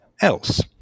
else